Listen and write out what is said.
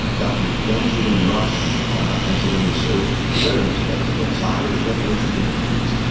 dr. benjamin rush, a pennsylvania surgeon, very respected man, signer of the declaration of independence,